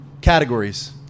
categories